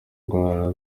ndwara